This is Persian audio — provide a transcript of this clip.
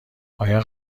آیا